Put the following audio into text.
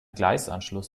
gleisanschluss